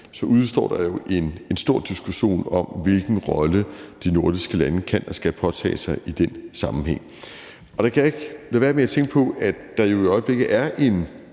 udestår der jo en stor diskussion om, hvilken rolle de nordiske lande kan og skal påtage sig i den sammenhæng. Og der kan jeg ikke lade være med at tænke på, at der jo i øjeblikket er en